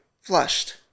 flushed